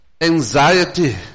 Anxiety